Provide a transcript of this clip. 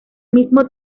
mismo